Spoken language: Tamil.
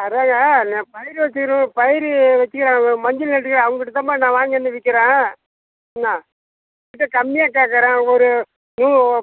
அதான்ங்க நான் பயிர் வெச்சிக்கிறவர் பயிர் வெச்சிக்கிறவங்க மஞ்சள் நட்டுருக்கிற அவங்கிட்ட தான்ம்மா நான் வாங்கிவந்து விற்கிறேன் என்னா கொஞ்சம் கம்மியாக கேக்கிறேன் அவங்க ஒரு